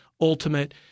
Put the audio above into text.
ultimate